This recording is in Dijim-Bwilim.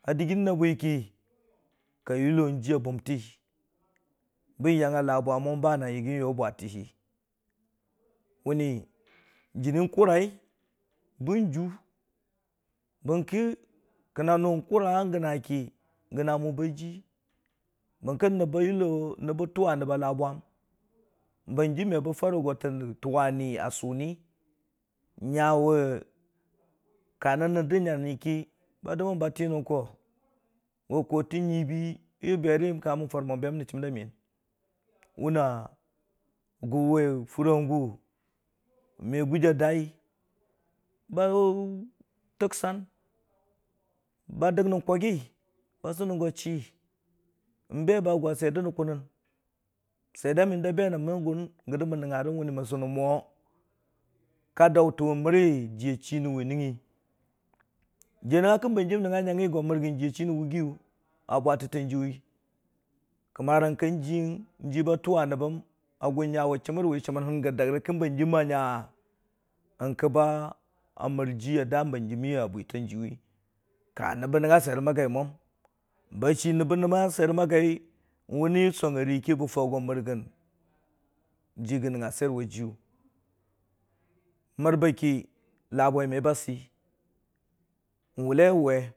a dəggi nən na bwiki ka yillo nən jiyu bumti, bən yəng a ləbwə mo bə na yiigi yə bwəti hi, mənni jinii kurəi bən ju, bərki ka na nu kurə gəna ki, gəna mo bə ji, bərki kab bə yuko nab toowə nab a ləbwəm bənjim me bə mərə go na ta tuwə ni a suni nyə we karə nar də nyəngki bə dəmmən bə ki nən koo, gu koota nyiibii yə berə ka mən fərə mo be mən ni chəmər də miyəng wu ni wu furi a gu me guji g dəi bə tidəng bə dəg nən kag gə, bə su nən go chi nibe bə gu nən swiyer dənən kunən, swiyer də be nən mən gə dən mən nəngngə rə məni mən sunən mo, ka dəuta we mo məri chiyə chi nən. we nən wi, jiyə nəngngə ki, bən jim nəngngə yəng gə go mər gən chi a chi nən wu giyu a bwətata jiyuwi kamərəng ka jiyəng, ji bə tuwə nab bəng kamərəng ka jiyəng ə gwə nyə wu chəmər wi, chəmər hən gə dəg rə ka hənjim a nyə n n'ka bə nyə jiyə dəə bənjim na bə a mər bwitang jiyəngngə ka nab bə nəngngə swiyer ə gəi mwəm. Bə chi nab nəngngə swiyerəm mə gəi wuni song a rə ki bə fəu go mər gən ji gə nəngngə swiyer wə jiyu mər bə ki ləbwəi me bə sei.